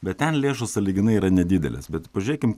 bet ten lėšos sąlyginai yra nedidelės bet pažiūrėkim